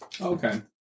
Okay